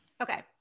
okay